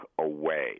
away